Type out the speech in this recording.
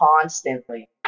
constantly